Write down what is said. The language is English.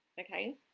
okay